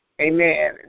amen